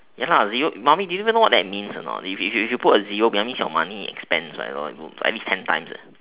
ya lah zero mummy do you even know or not if if if you put a zero behind that means your money expense that means is ten times